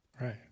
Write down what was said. Right